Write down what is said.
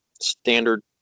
standard